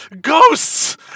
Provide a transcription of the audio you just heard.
ghosts